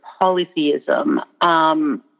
polytheism